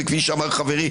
וכפי שאמר חברי,